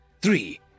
Three